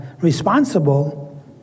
responsible